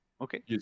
okay